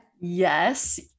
Yes